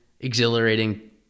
exhilarating